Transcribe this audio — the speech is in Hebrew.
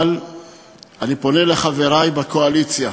אבל אני פונה לחברי מהקואליציה,